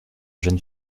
jeune